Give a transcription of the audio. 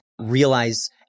realize